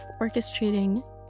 orchestrating